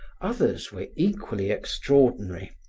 others were equally extraordinary.